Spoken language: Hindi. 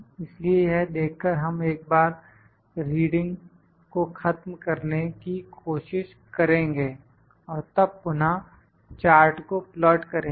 इसलिए यह देख कर हम एक बार रीडिंग को खत्म करने की कोशिश करेंगे और तब पुनः चार्ट को प्लाट करेंगे